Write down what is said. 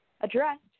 addressed